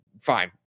fine